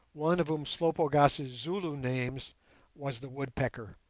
one of umslopogaas's zulu names was the woodpecker.